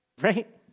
Right